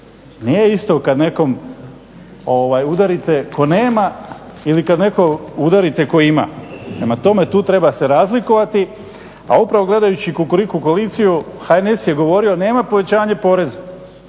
Nije isto kad nekom udarite tko nema ili kad nekom udarite koji ima. Prema tome tu treba se razlikovati a upravo gledajući Kukuriku koaliciju HNS je govorio nema povećanje poreza,